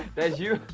that's you.